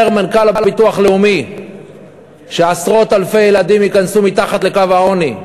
אומר מנכ"ל הביטוח לאומי שעשרות אלפי ילדים ייכנסו מתחת לקו העוני.